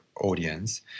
audience